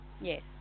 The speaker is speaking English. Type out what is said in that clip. Yes